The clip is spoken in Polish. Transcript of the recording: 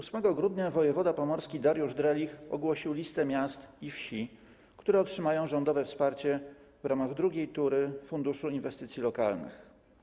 8 grudnia wojewoda pomorski Dariusz Drelich ogłosił listę miast i wsi, które otrzymają rządowe wsparcie w ramach drugiej tury funduszu inwestycji lokalnych.